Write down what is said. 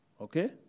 Okay